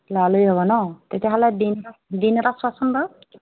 লৰালৰি হ'ব ন' তেতিয়াহ'লে দিন দিন এটা চোৱাচোন বাৰু